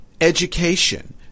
education